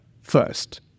first